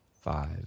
five